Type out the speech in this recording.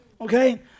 Okay